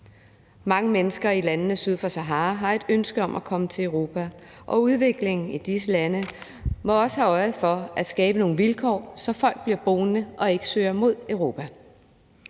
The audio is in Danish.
Mange mennesker i landene syd for Sahara har et ønske om at komme til Europa, og udviklingen i disse lande må også have øje for at skabe nogle vilkår, så folk bliver boende og ikke søger mod Europa.